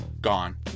gone